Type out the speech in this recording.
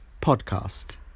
podcast